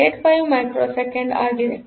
085 microsecond ಆಗಿದೆ